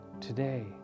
today